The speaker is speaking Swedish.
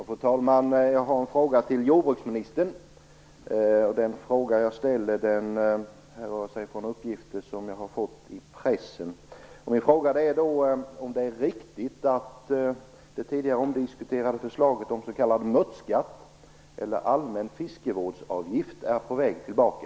Fru talman! Jag har en fråga till jordbruksministern. Den härrör sig från uppgifter jag har fått från pressen. Är det riktigt att det tidigare omdiskuterade förslaget om s.k. mörtskatt, eller allmän fiskevårdsavgift, är på väg tillbaka?